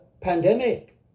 pandemic